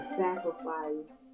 sacrifice